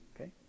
okay